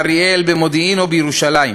באריאל, במודיעין או בירושלים